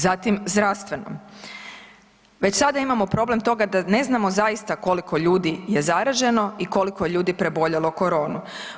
Zatim, zdravstveno, već sada imamo problem toga da ne znamo zaista koliko je ljudi zaraženo i koliko je ljudi preboljelo koronu.